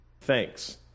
thanks